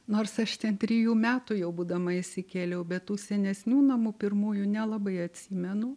nors aš ten trijų metų jau būdama įsikėliau bet tų senesnių namų pirmųjų nelabai atsimenu